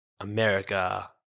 America